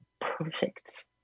perfect